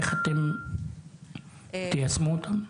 איך אתם תיישמו אותם?